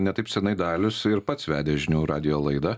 ne taip senai dalius ir pats vedė žinių radijo laidą